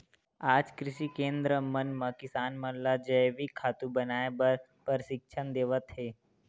आज कृषि केंद्र मन म किसान मन ल जइविक खातू बनाए बर परसिक्छन देवत हे